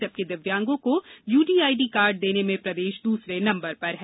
जबकि दिव्यांगों को यूडीआईडी कार्ड देने में प्रदेश दूसरे नम्बर पर है